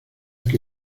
que